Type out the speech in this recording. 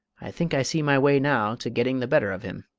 i think i see my way now to getting the better of him.